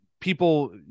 People